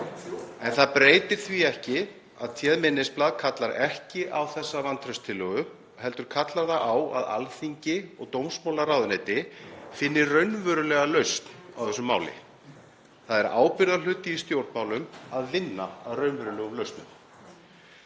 Það breytir því ekki að téð minnisblað kallar ekki á þessa vantrauststillögu heldur kallar það á að Alþingi og dómsmálaráðuneyti finni raunverulega lausn á þessu máli. Það er ábyrgðarhluti í stjórnmálum að vinna að raunverulegum lausnum.